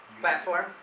Platform